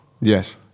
yes